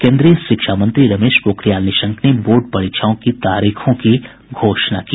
केन्द्रीय शिक्षा मंत्री रमेश पोखरियाल निशंक ने बोर्ड परीक्षाओं की तारीखों की घोषणा की